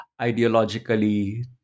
ideologically